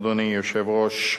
אדוני היושב-ראש,